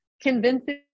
convincing